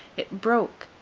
it broke,